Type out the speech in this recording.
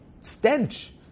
stench